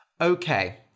Okay